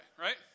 right